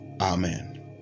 Amen